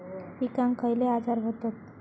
पिकांक खयले आजार व्हतत?